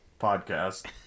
podcast